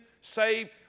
saved